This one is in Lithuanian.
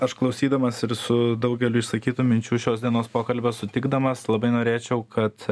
aš klausydamas ir su daugeliu išsakytų minčių šios dienos pokalbio sutikdamas labai norėčiau kad